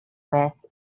with